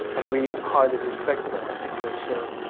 and we highly respect that because so